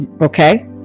Okay